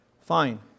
fine